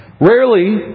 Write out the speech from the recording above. Rarely